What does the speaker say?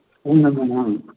అవునా మేడం